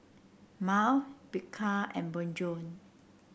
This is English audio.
Mile Bika and Bonjour